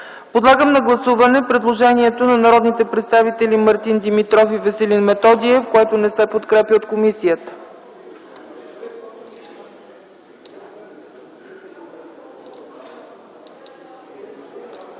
Подлагам на гласуване предложението на народните представители Мартин Димитров и Веселин Методиев, което не се подкрепя от комисията.